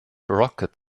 rocket